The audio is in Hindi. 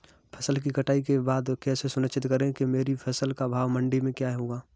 फसल की कटाई के बाद कैसे सुनिश्चित करें कि मेरी फसल का भाव मंडी में क्या होगा?